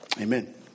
Amen